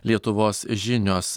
lietuvos žinios